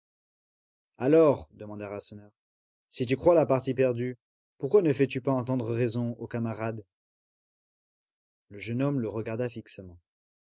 alors demanda rasseneur si tu crois la partie perdue pourquoi ne fais-tu pas entendre raison aux camarades le jeune homme le regarda fixement